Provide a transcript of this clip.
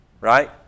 right